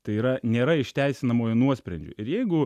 tai yra nėra išteisinamojo nuosprendžio ir jeigu